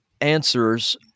answers